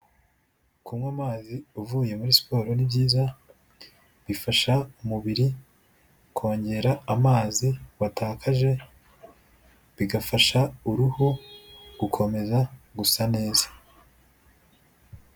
Kunywa amazi uvuye muri siporo ni byiza, bifasha umubiri kongera amazi watakaje, bigafasha uruhu gukomeza gusa neza.